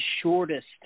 shortest